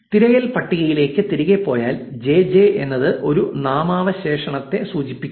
തിരയൽ പട്ടികയിലേക്ക് തിരികെ പോയാൽ ജെ ജെ എന്നത് ഒരു നാമവിശേഷണത്തെ സൂചിപ്പിക്കുന്നു